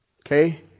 okay